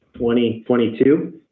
2022